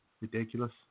Ridiculous